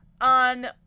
on